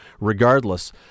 regardless